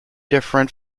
different